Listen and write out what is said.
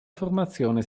formazione